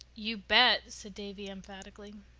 you bet! said davy emphatically.